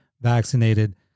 vaccinated